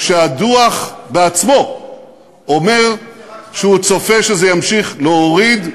שהדוח עצמו אומר שהוא צופה שזה ימשיך להוריד,